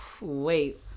Wait